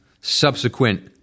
subsequent